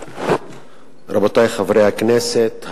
רבותי חברי הכנסת,